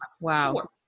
wow